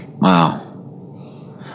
Wow